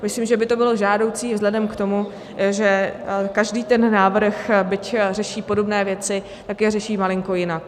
Myslím, že by to bylo žádoucí vzhledem k tomu, že každý ten návrh, byť řeší podobné věci, je řeší malinko jinak.